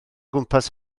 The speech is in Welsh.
gwmpas